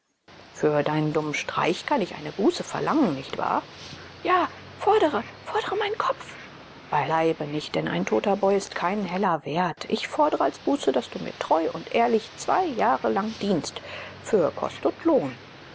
für deinen dummen streich kann ich eine buße verlangen nicht wahr ja fordre fordre meinen kopf beileibe nicht denn ein toter boy ist keinen heller wert ich fordre als buße daß du mir treu und ehrlich zwei jahre lang dienst für kost und lohn